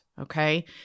Okay